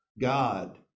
God